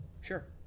Sure